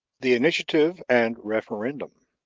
the initiative and referendum.